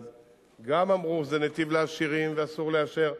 אמרו: זה נתיב לעשירים ואסור לאשר.